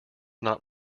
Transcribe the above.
not